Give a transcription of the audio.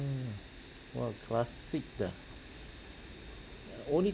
!wow! classic dah uh only